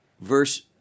Verse